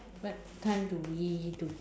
what time do we do